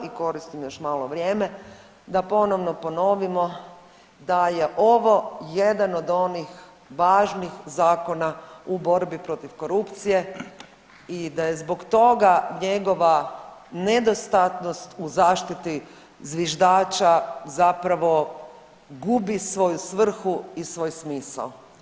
I koristim još malo vrijeme da ponovno ponovimo da je ovo jedan od onih važnih zakona u borbi protiv korupcije i da je zbog toga njegova nedostatnost u zaštiti zviždača zapravo gubi svoju svrhu i svoj smisao.